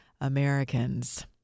Americans